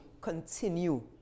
continue